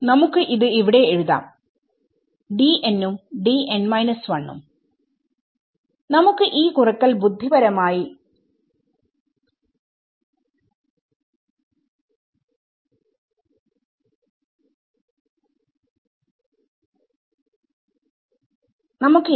നമുക്ക് ഇത് ഇവിടെ എഴുതാം ഉം ഉം